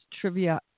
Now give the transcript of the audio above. trivia